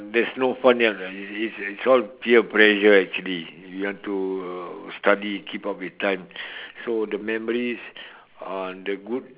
there's no fun young ah it's it's all peer pressure actually if you want to study keep up with times so the memories on the good